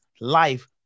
life